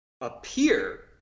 appear